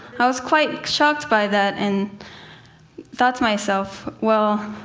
i was quite shocked by that, and thought to myself, well,